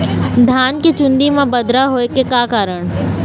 धान के चुन्दी मा बदरा होय के का कारण?